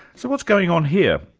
so what's going on here?